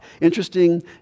Interesting